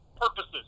purposes